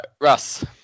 Russ